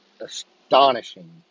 astonishing